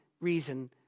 reason